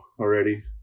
already